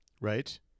right